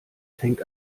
fängt